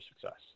success